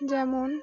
যেমন